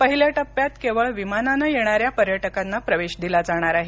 पहिल्या टप्प्यात केवळ विमानानं येणाऱ्या पर्यटकांना प्रवेश दिला जाणार आहे